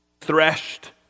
threshed